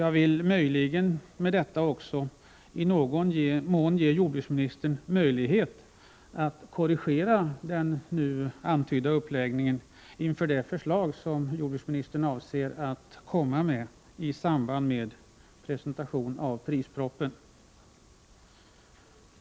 Jag vill med detta också i någon mån ge jordbruksministern möjlighet att korrigera den nu antydda uppläggningen inför det förslag han avser att lägga fram i samband med presentationen av prispropositionen.